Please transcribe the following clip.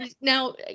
now